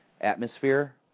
atmosphere